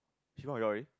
she found a job already